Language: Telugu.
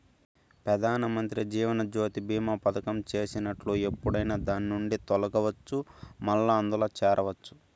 పెదానమంత్రి జీవనజ్యోతి బీమా పదకం చేసినట్లు ఎప్పుడైనా దాన్నిండి తొలగచ్చు, మల్లా అందుల చేరచ్చు